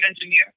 engineer